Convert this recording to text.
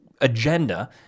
agenda